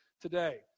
today